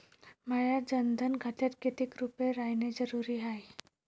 माह्या जनधन खात्यात कितीक रूपे रायने जरुरी हाय?